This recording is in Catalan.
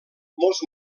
molts